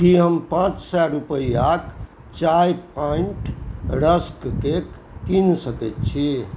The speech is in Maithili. की हम पाँच सए रूपैआक चाय पॉइंट रस्क केक कीनि सकैत छी